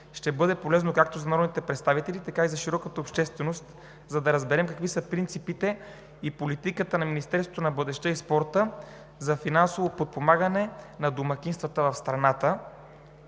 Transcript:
ще бъде полезно както за народните представители, така и за широката общественост, за да разберем какви са принципите и политиката на Министерството на младежта и спорта за финансовото подпомагане на домакинствата в страната,